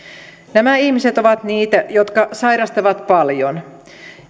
nämä ihmiset ovat niitä jotka sairastavat paljon